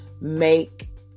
make